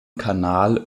kanal